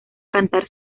cantar